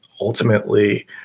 ultimately